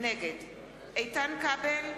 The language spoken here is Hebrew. נגד איתן כבל,